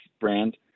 brand